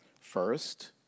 First